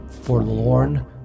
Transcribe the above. forlorn